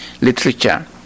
literature